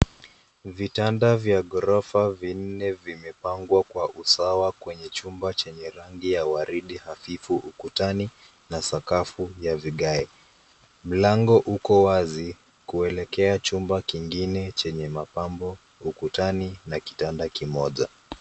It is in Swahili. Vitanda vya ghorofa vinne vimepangwa kwa usawa kwenye chumba chenye rangi ya waridi hafifu ukutani na sakafu ya vigae. Mlango uko wazi kuelekea chumba kingine chenye mapambo ukutani na kitanda kimoja.